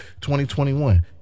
2021